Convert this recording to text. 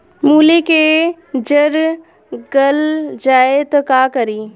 मूली के जर गल जाए त का करी?